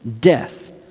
death